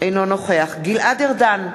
אינו נוכח גלעד ארדן,